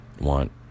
want